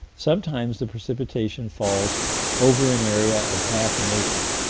sometimes the precipitation falls over an area of half an acre,